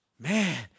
Man